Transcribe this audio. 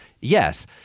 Yes